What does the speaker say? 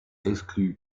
exclu